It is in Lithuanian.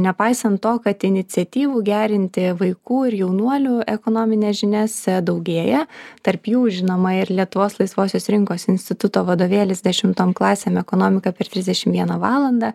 nepaisant to kad iniciatyvų gerinti vaikų ir jaunuolių ekonomines žinias daugėja tarp jų žinoma ir lietuvos laisvosios rinkos instituto vadovėlis dešimtom klasėm ekonomika per trisdešim vieną valandą